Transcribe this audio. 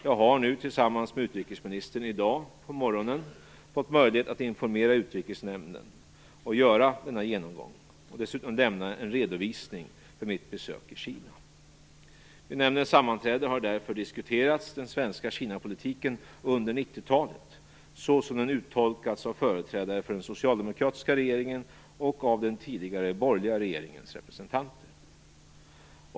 Jag har nu tillsammans med utrikesministern i dag på morgonen fått möjlighet att informera utrikesnämnden, göra denna genomgång och dessutom lämna en redovisning för mitt besök i Kina. Vid nämndens sammanträde har därför diskuterats den svenska Kinapolitiken under 90-talet så som den uttolkats av företrädare för den socialdemokratiska regeringen och av den tidigare borgerliga regeringens representanter.